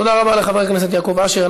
תודה רבה לחבר הכנסת יעקב אשר.